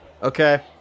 Okay